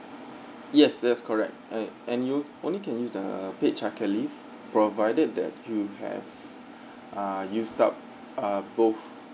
yes yes correct uh and you only can use the paid childcare leave provided that you have ah used up ah both